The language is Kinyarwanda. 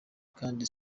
kandi